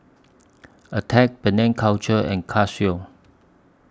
Attack Penang Culture and Casio